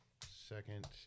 Second